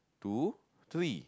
two three